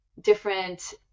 different